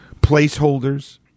placeholders